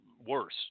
worse